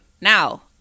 Now